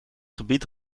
gebied